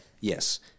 Yes